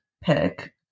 pick